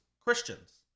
Christians